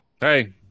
Hey